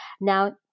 Now